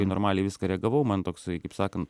normaliai į viską reagavau man toksai kaip sakant